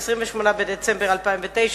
28 בדצמבר 2009,